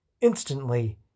Instantly